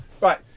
right